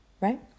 right